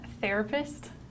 Therapist